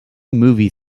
movie